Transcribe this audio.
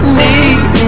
need